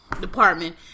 department